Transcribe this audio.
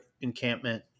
encampment